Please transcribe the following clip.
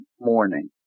morning